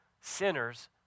sinners